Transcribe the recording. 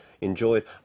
enjoyed